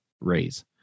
raise